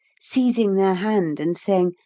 seizing their hand, and saying,